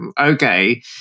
okay